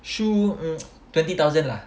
shoe uh twenty thousand lah